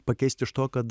pakeist iš to kad